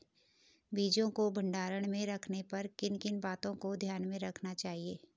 बीजों को भंडारण में रखने पर किन किन बातों को ध्यान में रखना चाहिए?